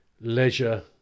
leisure